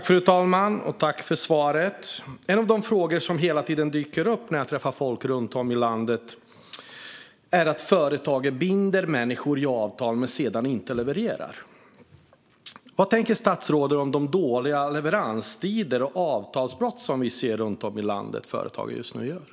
Fru talman! Tack för svaret, Anders Ygeman! En fråga som hela tiden dyker upp när jag träffar folk runt om i landet gäller företag som binder människor i avtal men sedan inte levererar. Vad tänker statsrådet om de dåliga leveranstider och avtalsbrott som vi ser att företag just nu begår runt om i landet?